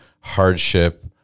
hardship